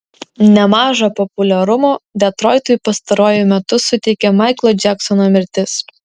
nemažo populiarumo detroitui pastaruoju metu suteikė maiklo džeksono mirtis